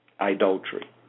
Idolatry